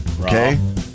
Okay